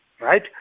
right